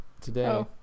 today